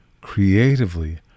creatively